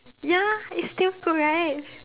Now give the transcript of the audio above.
ya it's damn good right